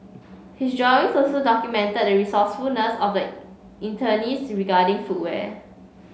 his drawings also documented the resourcefulness of the internees regarding footwear